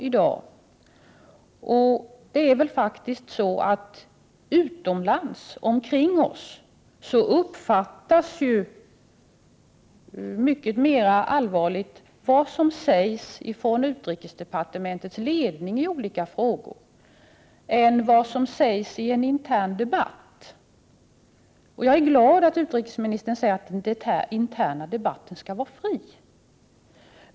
Utomlands uppfattas faktiskt det som utrikesdepartementets ledning säger i olika frågor som mycket allvarligare än det som sägs i en intern debatt. Jag är glad över att utrikesministern säger att den interna debatten skall vara fri.